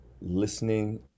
listening